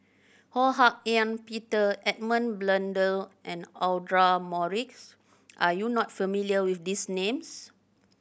Ho Hak Ean Peter Edmund Blundell and Audra Morrice are you not familiar with these names